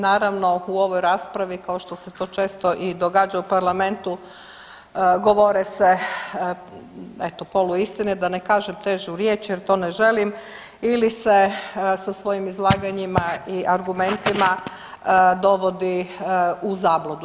Naravno u ovoj raspravi kao što se to često i događa u Parlamentu govore se polu istine, da ne kažem težu riječ jer to ne želim ili se sa svojim izlaganjima i argumentima dovodi u zabludu.